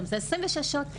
היום זה 26 שעות.